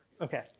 Okay